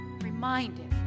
reminded